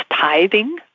tithing